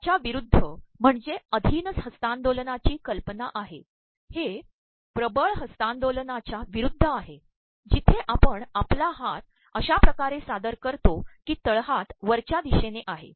याच्या प्रवरुद्ध म्हणजेअधीन हस्त्तांदोलनाची कल्पना आहे हेिबळ हस्त्तांदोलनाच्या प्रवरुद्ध आहे प्जर्े आपण आपला हात अशा िकारे सादर करतो की तळहात वरच्या द्रदशेने आहे